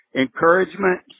encouragement